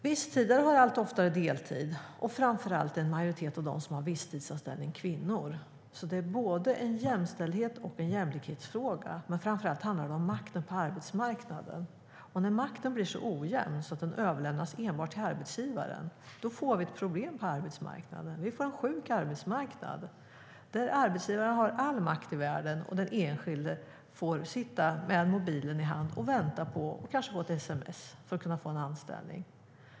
Visstidare har allt oftare deltid, och framför allt är en majoritet av dem som har visstidsanställningar kvinnor, så det är både en jämställdhets och en jämlikhetsfråga. Men framför allt handlar det om makten på arbetsmarknaden, och när makten blir så ojämn att den överlämnas enbart till arbetsgivaren får vi ett problem på arbetsmarknaden. Vi får en sjuk arbetsmarknad där arbetsgivaren har all makt i världen och den enskilde får sitta med mobilen i hand och vänta på att kanske få ett sms för att kunna få en anställning.